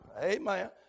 Amen